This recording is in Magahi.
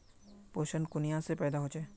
पोषण कुनियाँ से पैदा होचे?